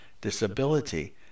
disability